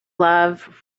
love